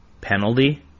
penalty